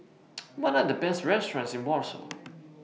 What Are The Best restaurants in Warsaw